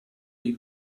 dei